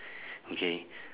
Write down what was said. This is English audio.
okay